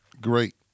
Great